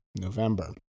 November